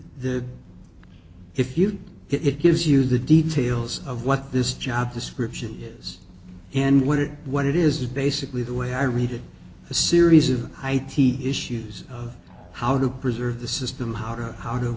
the if you it gives you the details of what this job description is and what it what it is basically the way i read it a series of i think he issues of how to preserve the system harder how to